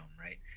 right